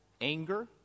anger